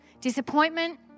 Disappointment